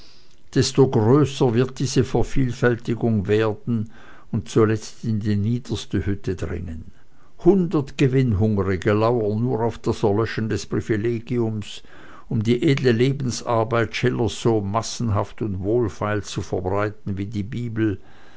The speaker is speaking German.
desto größer wird diese vervielfältigung werden und zuletzt in die niederste hütte dringen hundert gewinnhungrige lauern nur auf das erlöschen des privilegiums um die edle lebensarbeit schillers so massenhaft und wohlfeil zu verbreiten wie die bibel